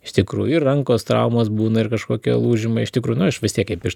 iš tikrųjų ir rankos traumos būna ir kažkokie lūžimai iš tikrųjų nu aš vis tiek kaip iš